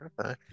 Okay